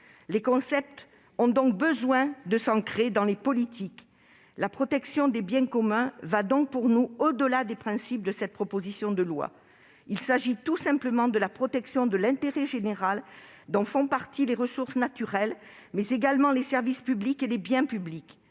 Les concepts ont donc besoin de s'ancrer dans des politiques. Pour nous, la protection des biens communs va au-delà des principes de cette proposition de loi. Il s'agit tout simplement de la protection de l'intérêt général, dont font partie non seulement les ressources naturelles, mais également les services publics et les biens publics-